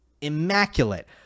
immaculate